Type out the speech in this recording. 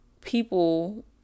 people